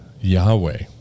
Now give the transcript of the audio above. Yahweh